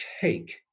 take